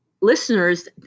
listeners